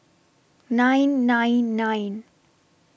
nine nine nine